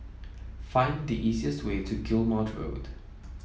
find the easiest way to Guillemard Road